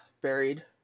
buried